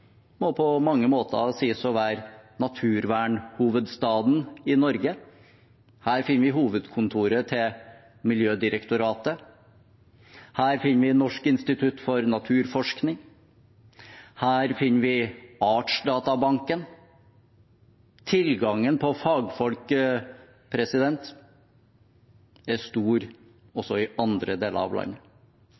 må på mange måter sies å være naturvernhovedstaden i Norge. Her finner vi hovedkontoret til Miljødirektoratet, her finner vi Norsk institutt for naturforskning, her finner vi Artsdatabanken. Tilgangen på fagfolk er stor også i andre deler av landet.